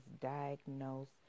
diagnosed